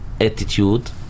attitude